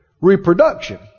reproduction